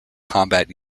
combat